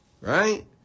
Right